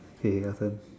kay kay your turn